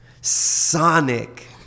Sonic